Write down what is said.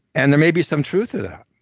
and there may be some truth to that,